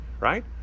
right